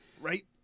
right